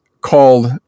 called